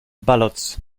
ballots